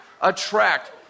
attract